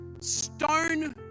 stone